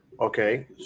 Okay